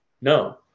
no